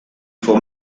for